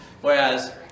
Whereas